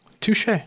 Touche